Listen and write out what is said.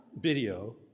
video